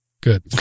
Good